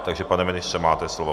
Takže pane ministře, máte slovo.